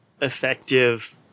Effective